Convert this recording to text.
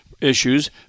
issues